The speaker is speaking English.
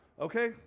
okay